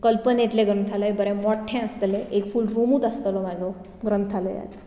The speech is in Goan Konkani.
कल्पनेंतलें ग्रंथालय बरें मोठें आसतलें एक फूल रुमूच आसतलो म्हजो ग्रंथालयाचो